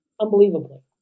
unbelievably